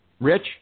Rich